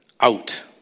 out